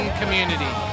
community